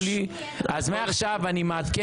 אז מעכשיו אני מעדכן,